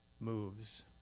moves